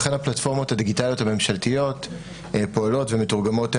אכן הפלטפורמות הדיגיטליות הממשלתיות פועלות ומתורגמות.